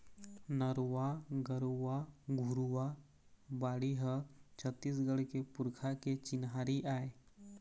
नरूवा, गरूवा, घुरूवा, बाड़ी ह छत्तीसगढ़ के पुरखा के चिन्हारी आय